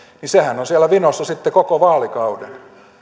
niin sehän on siellä vinossa sitten koko vaalikauden